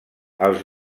els